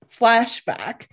flashback